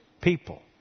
people